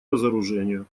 разоружению